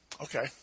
Okay